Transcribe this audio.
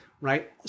right